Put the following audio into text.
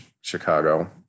Chicago